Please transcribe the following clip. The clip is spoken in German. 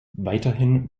weiterhin